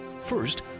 first